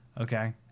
Okay